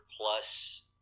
plus